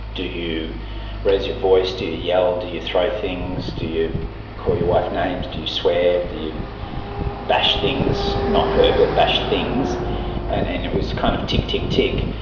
do you raise your voice, do you yell, do you throw things, do you call your wife names, do you swear, do you bash things not her, but bash things and and it was kind of tick, tick, tick.